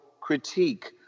critique